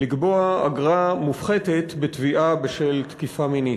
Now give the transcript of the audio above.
לקבוע אגרה מופחתת בתביעה בשל תקיפה מינית.